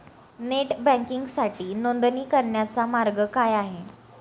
Net बँकिंगसाठी नोंदणी करण्याचा मार्ग काय आहे?